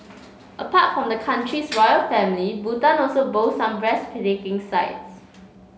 apart from the country's royal family Bhutan also boasts some breathtaking sights